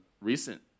recent